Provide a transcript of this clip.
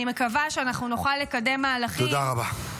אני מקווה שאנחנו נוכל לקדם מהלכים -- תודה רבה.